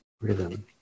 rhythm